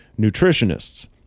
nutritionists